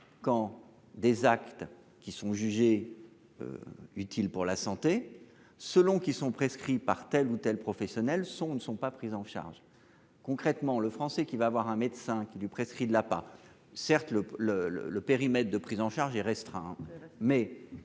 quand des actes qui sont jugés. Utiles pour la santé selon qui sont prescrits par telle ou telle professionnels sont ne sont pas prises en charge. Concrètement, le Français qui va avoir un médecin qui lui prescrit de la pas certes le le le le périmètre de prise en charge est restreint mais